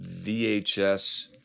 VHS